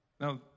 Now